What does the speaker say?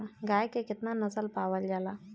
गाय के केतना नस्ल पावल जाला?